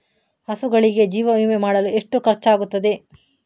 ಹಸುಗಳಿಗೆ ಜೀವ ವಿಮೆ ಮಾಡಲು ಎಷ್ಟು ಖರ್ಚಾಗುತ್ತದೆ?